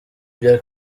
bya